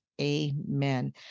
Amen